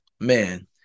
Man